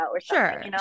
Sure